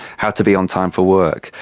how to be on time for work,